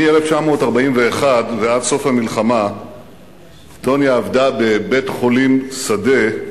מ-1941 ועד סוף המלחמה עבדה טוניה בבית-חולים שדה,